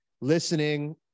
listening